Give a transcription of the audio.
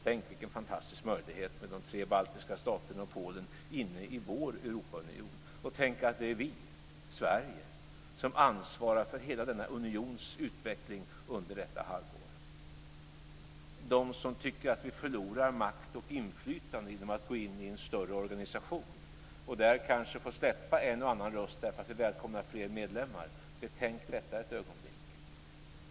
Tänk vilken fantastisk möjlighet med de tre baltiska staterna och Polen inne i vår Europaunion! Och tänk att det är vi, Sverige, som ansvarar för hela denna unions utveckling under detta halvår! De som tycker att vi förlorar makt och inflytande genom att gå in i en större organisation där vi kanske får släppa en och annan röst därför att vi välkomnar fler medlemmar kan betänka detta ett ögonblick.